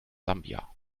sambia